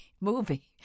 movie